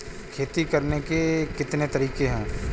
खेती करने के कितने तरीके हैं?